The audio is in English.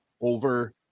over